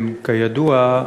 כידוע,